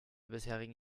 bisherigen